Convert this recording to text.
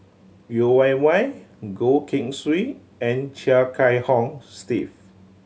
Yeo Wei Wei Goh Keng Swee and Chia Kiah Hong Steve